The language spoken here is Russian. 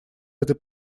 этой